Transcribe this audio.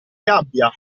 gabbia